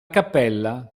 cappella